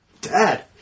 Dad